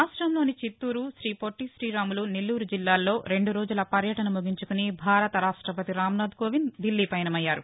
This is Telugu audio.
రాష్టంలోని చిత్తారు శ్రీపొట్టి శ్రీరాములు నెల్లూరు జిల్లాల్లో రెండు రోజుల పర్యటన ముగించుకుని భారత రాష్టపతి రామ్నాథ్ కోవింద్ దిల్లీ పయనమయ్యారు